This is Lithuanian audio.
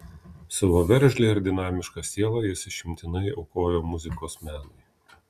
savo veržlią ir dinamišką sielą jis išimtinai aukojo muzikos menui